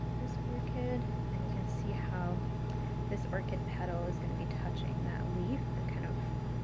this orchid and you can see how this orchid petal is going to be touching that leaf, ah kind of,